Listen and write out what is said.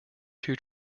two